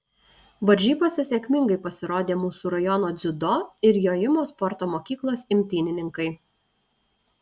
varžybose sėkmingai pasirodė mūsų rajono dziudo ir jojimo sporto mokyklos imtynininkai